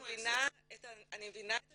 אני מבינה את השאלה.